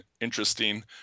interesting